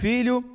Filho